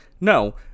no